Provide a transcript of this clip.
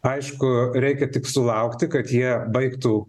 aišku reikia tik sulaukti kad jie baigtų